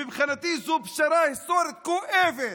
מבחינתי זו פשרה היסטורית כואבת.